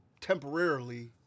temporarily